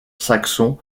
saxon